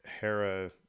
Hera